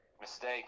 Mistake